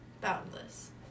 boundless